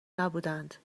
نبودهاند